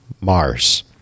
Mars